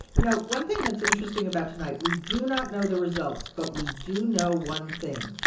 you know, one thing that's interesting about tonight we do not know the results, but we do know one thing.